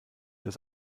des